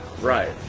right